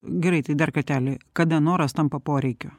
gerai tai dar kartelį kada noras tampa poreikiu